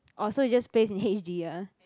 orh so you just plays in H_D ah